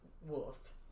wolf